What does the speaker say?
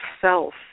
self